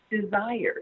desired